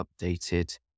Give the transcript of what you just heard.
updated